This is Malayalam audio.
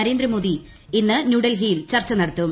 നരേന്ദ്രമോദി ഇന്ന് ന്യൂഡൽഹിയിൽ ചർച്ച നടത്തും